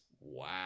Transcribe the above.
wow